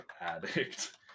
addict